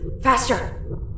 Faster